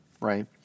Right